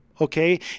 Okay